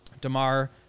Demar